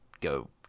go